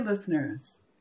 Listeners